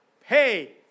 pay